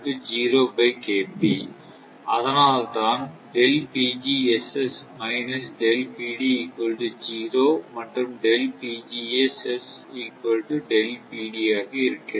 எனவே அதனால் தான் மற்றும் ஆக இருக்கிறது